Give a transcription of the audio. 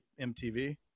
MTV